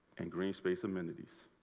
and green space amenities.